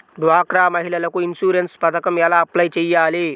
డ్వాక్రా మహిళలకు ఇన్సూరెన్స్ పథకం ఎలా అప్లై చెయ్యాలి?